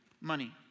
money